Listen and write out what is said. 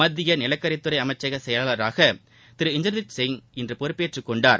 மத்திய நிலக்கரித்துறை அமைக்சக செயலாளராக திரு இந்திரஜித் சிங் இன்று பொறுப்பேற்றுக்கொண்டார்